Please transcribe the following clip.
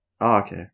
okay